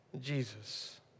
Jesus